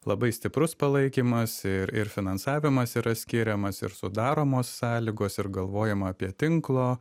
labai stiprus palaikymas ir ir finansavimas yra skiriamas ir sudaromos sąlygos ir galvojama apie tinklo